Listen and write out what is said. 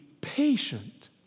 patient